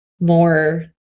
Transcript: more